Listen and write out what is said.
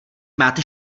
máte